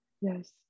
Yes